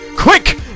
Quick